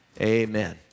amen